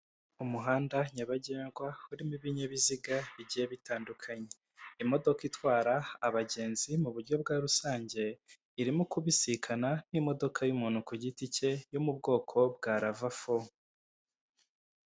Umuhanda nyabagendwa urimo ibinyabiziga bigiye bitandukanye, imodoka itwara abagenzi mu buryo bwa rusange irimo kubisikana n'imodoka y'umuntu ku giti cye yo mu bwoko bwa Rava fo.